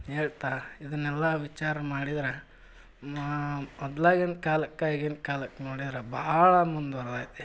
ಹೇಳ್ತಾ ಇದನ್ನೆಲ್ಲ ವಿಚಾರ ಮಾಡಿದ್ರೆ ಮಾ ಮೊದ್ಲಾಗಿನ ಕಾಲಕ್ಕೆ ಈಗಿನ ಕಾಲಕ್ಕೆ ನೋಡಿದ್ರೆ ಭಾಳ ಮುಂದುವರ್ದೈತಿ